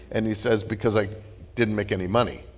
and he says, because i didn't make any money,